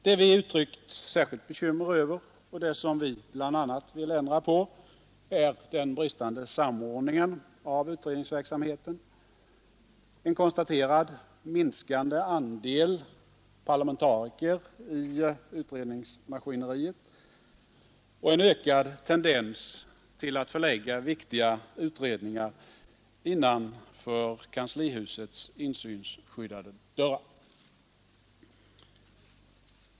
Det vi uttryckt särskilt bekymmer över och bl.a. vill ändra på är den bristande samordningen av utredningsverksamheten, en konstaterad minskande andel parlamentariker i utredningsmaskineriet och en ökad tendens till att förlägga viktiga utredningar innanför kanslihusets insynsskyddade dörrar.